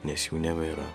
nes jų nebėra